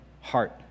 heart